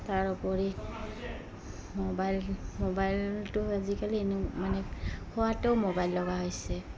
তাৰ ওপৰি মোবাইল মোবাইলটো আজিকালি এনেও মানে খোৱাতেও মোবাইল লগা হৈছে